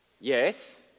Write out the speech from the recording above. Yes